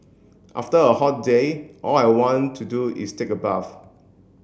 after a hot day all I want to do is take a bath